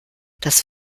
das